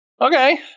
okay